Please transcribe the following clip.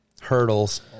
Hurdles